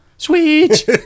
Sweet